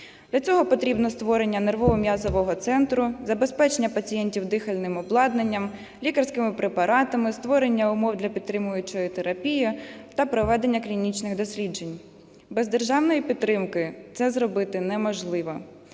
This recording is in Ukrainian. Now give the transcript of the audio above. Для цього потрібно: створення нервово-м'язового центру, забезпечення пацієнтів дихальним обладнанням, лікарським препаратами, створення умов для підтримуючої терапії та проведення клінічних досліджень. Без державної підтримки це зробити неможливо.